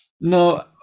No